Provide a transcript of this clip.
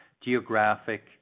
geographic